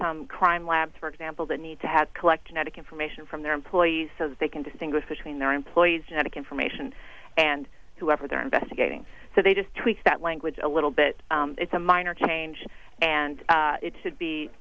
some crime labs for example they need to have collecting that information from their employees so that they can distinguish between their employees genetic information and whoever they're investigating so they just tweak that language a little bit it's a minor change and it should be